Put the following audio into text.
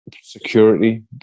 security